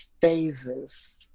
phases